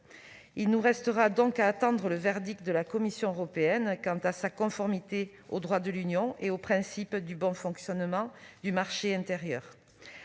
Il nous reste donc à attendre le verdict de la Commission européenne quant à sa conformité au droit de l'Union européenne et au principe du bon fonctionnement du marché intérieur.